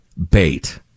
Bait